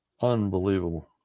unbelievable